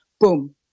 boom